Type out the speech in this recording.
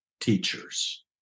teachers